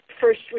first